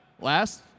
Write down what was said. Last